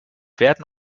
werden